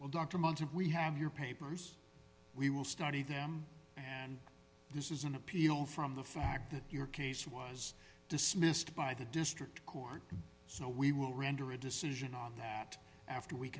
well documented we have your papers we will study them and this is an appeal from the fact that your case was dismissed by the district court so we will render a decision on that after we